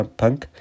punk